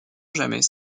jamais